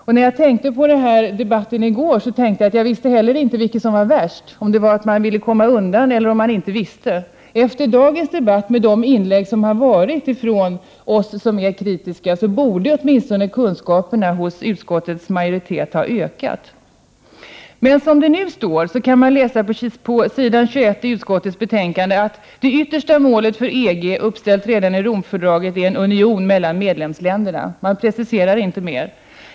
När jag i går tänkte på dagens debatt visste jag heller inte vilket som var värst, om det var att man ville komma undan eller om man inte visste. Efter de inlägg som gjorts i debatten i dag av oss som är kritiska borde kunskaperna hos utskottets majoritet ha ökat, men som det nu står kan vi läsa på s. 21 i utskottets betänkande att det yttersta målet för EG, uppställt redan i Romfördraget, är en union mellan medlemsländerna. Man preciserar inte mer.